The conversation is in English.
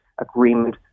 agreement